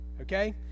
Okay